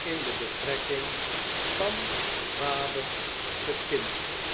in de betrekking van vader tot kind